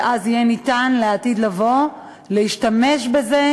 ואז יהיה ניתן, לעתיד לבוא, להשתמש בזה